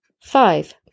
Five